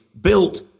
built